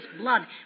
blood